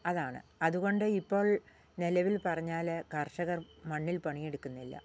അതാണ് അതുകൊണ്ട് ഇപ്പോൾ നിലവിൽ പറഞ്ഞാല് കർഷകർ മണ്ണിൽ പണിയെടുക്കുന്നില്ല